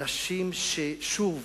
אנשים ששוב,